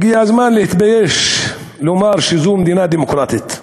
הגיע הזמן להתבייש לומר שזו מדינה דמוקרטית.